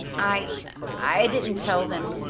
i i didn't tell them,